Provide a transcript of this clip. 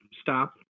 stop